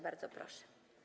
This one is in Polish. Bardzo proszę.